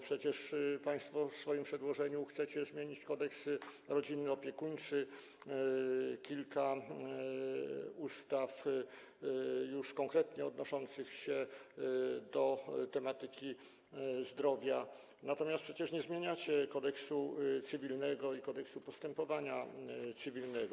Przecież państwo w swoim przedłożeniu chcecie zmienić Kodeks rodzinny i opiekuńczy, kilka ustaw już konkretnie odnoszących się do tematyki zdrowia, natomiast nie zmieniacie Kodeksu cywilnego ani Kodeksu postępowania cywilnego.